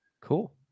Cool